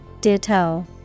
Ditto